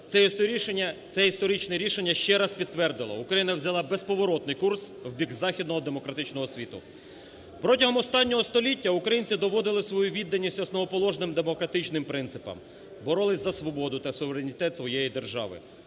Це історичне рішення ще раз підтвердило: Україна взяла безповоротний курс в бік західного демократичного світу. Протягом останнього століття українці доводили свою відданість основоположним демократичним принципам, боролись за свободу та суверенітет своєї держави.